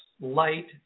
light